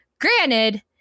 granted